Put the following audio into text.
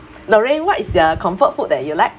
lorraine what is your comfort food that you like